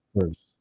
first